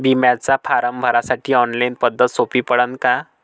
बिम्याचा फारम भरासाठी ऑनलाईन पद्धत सोपी पडन का?